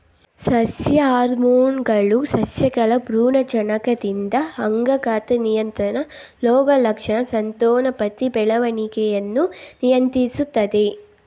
ಸಸ್ಯ ಹಾರ್ಮೋನ್ಗಳು ಸಸ್ಯಗಳ ಭ್ರೂಣಜನಕದಿಂದ ಅಂಗ ಗಾತ್ರ ನಿಯಂತ್ರಣ ರೋಗಲಕ್ಷಣ ಸಂತಾನೋತ್ಪತ್ತಿ ಬೆಳವಣಿಗೆಯನ್ನು ನಿಯಂತ್ರಿಸ್ತದೆ